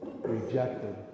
rejected